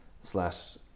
Slash